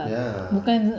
ya